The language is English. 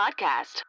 podcast